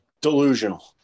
Delusional